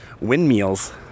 Windmills